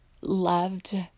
loved